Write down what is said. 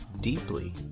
deeply